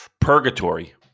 purgatory